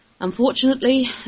Unfortunately